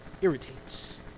irritates